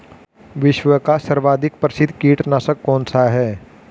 विश्व का सर्वाधिक प्रसिद्ध कीटनाशक कौन सा है?